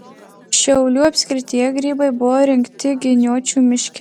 šiaulių apskrityje grybai buvo rinkti giniočių miške